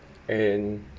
and